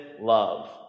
love